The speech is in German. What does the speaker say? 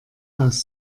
aus